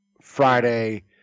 Friday